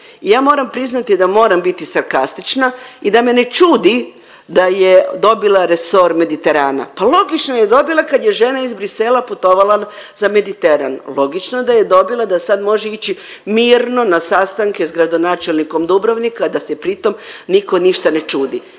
I ja moram priznati da moram biti sarkastična i da me ne čudi da je dobila resor Mediterana, pa logično je dobila kad je iz Bruxellesa putovala za Mediteran, logično da je dobila da sada može ići mirno na sastanke s gradonačelnikom Dubrovnika, a da se pri tom niko ništa ne čudi.